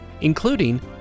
including